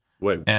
Wait